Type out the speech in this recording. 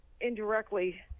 indirectly –